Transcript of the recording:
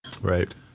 Right